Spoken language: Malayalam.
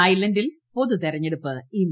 തായ്ലാന്റിൽ പൊതുതിരഞ്ഞെടുപ്പ് ഇന്ന്